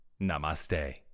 Namaste